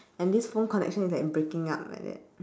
and this phone connection is like breaking up like that